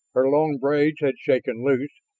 her long braids had shaken loose,